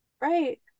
Right